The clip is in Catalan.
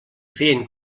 feien